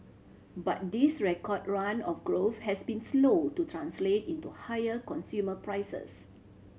but this record run of growth has been slow to translate into higher consumer prices